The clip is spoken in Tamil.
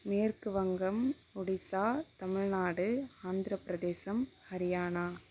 மேற்குவங்கம் ஒடிசா தமிழ்நாடு ஆந்திரப்பிரதேசம் ஹரியானா